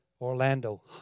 Orlando